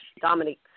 Dominique